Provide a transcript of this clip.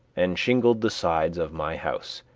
and shingled the sides of my house,